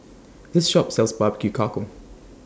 This Shop sells Barbecue Cockle